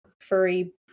furry